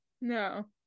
No